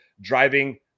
driving